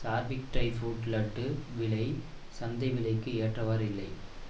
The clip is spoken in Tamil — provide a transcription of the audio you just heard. சார்விக் ட்ரை ஃப்ரூட் லட்டு விலை சந்தை விலைக்கு ஏற்றவாறு இல்லை